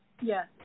Yes